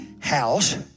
house